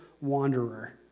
wanderer